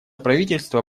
правительство